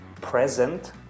present